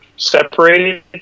separated